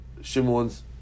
Shimon's